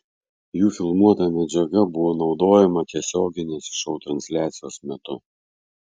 jų filmuota medžiaga buvo naudojama tiesioginės šou transliacijos metu